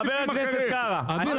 חבר הכנסת קארה --- אביר,